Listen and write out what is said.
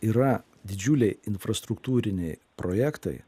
yra didžiuliai infrastruktūriniai projektai